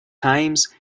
times